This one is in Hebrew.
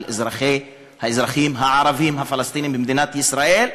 האזרחים הערבים הפלסטינים במדינת ישראל,